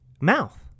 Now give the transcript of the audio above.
mouth